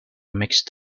mixed